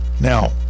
Now